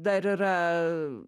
dar yra